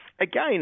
again